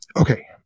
Okay